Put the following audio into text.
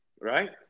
Right